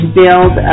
build